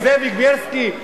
עם זאביק בילסקי,